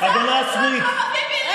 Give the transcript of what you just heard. נרצח.